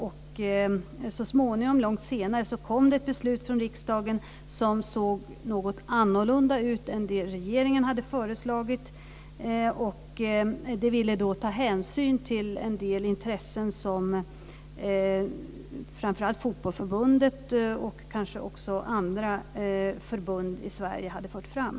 Långt senare kom det ett beslut från riksdagen som såg något annorlunda ut än regeringens förslag. Man ville då ta hänsyn till en del intressen som framför allt Fotbollförbundet och kanske också andra förbund i Sverige hade fört fram.